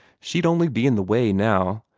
she'd only be in the way now.